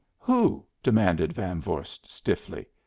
who? demanded van vorst, stiffly,